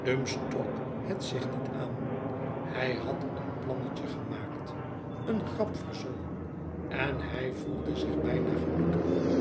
dumps trok het zich niet aan hij had een plannetje gemaakt een grap verzonnen en hy voelde zich bijna gelukkig